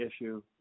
issue